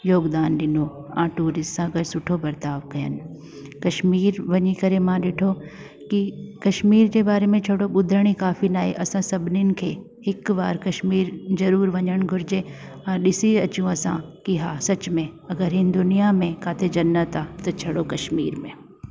योगदानु ॾिनो ऐं ट्यूरीस्ट सां गॾु सुठो बरताव कयनि कश्मीर वञी करे मां ॾिठो की कश्मीर जे बारे में छोड़ो ॿुधण ई काफ़ी न आहे असां सभिनीनि खे हिकु बार कश्मीर ज़रूरु वञण घुरिजे हा ॾिसी अचूं असां कि हा सच में अगरि हिन दुनिया में काथे जन्नत आहे त छड़ो कश्मीर में आहे